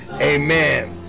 Amen